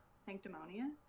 sanctimonious